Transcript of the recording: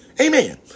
Amen